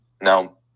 Now